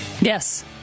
Yes